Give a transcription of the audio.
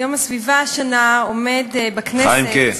יום הסביבה השנה עומד בכנסת, חיימק'ה,